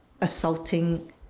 assaulting